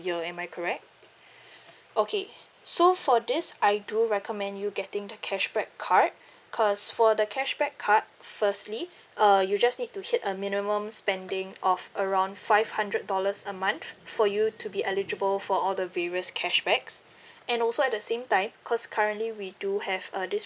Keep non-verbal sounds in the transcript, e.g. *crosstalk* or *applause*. year am I correct okay *breath* okay *noise* so for this I do recommend you getting the cashback card *breath* because for the cashback card firstly *breath* uh you just need to hit a minimum spending of around five hundred dollars a month *noise* for you to be eligible for all the various cashbacks *breath* and also at the same time because currently we do have uh this